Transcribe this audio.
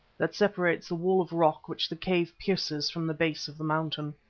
that separates the wall of rock which the cave pierces from the base of the mountain.